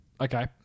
Okay